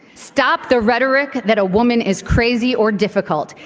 stop the rhetoric that a woman is crazy or difficult.